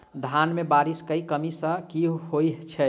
धान मे बारिश केँ कमी सँ की होइ छै?